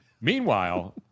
Meanwhile